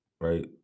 right